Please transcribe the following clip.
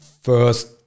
first